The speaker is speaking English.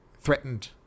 threatened